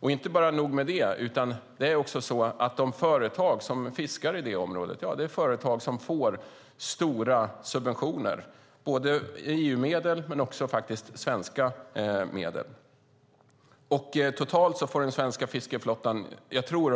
Och inte nog med det - de företag som fiskar i området får stora subventioner, både EU-medel och svenska medel. Totalt får den svenska fiskeflottan